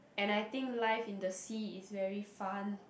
and I think life in the sea is very fun